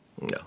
no